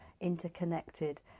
interconnected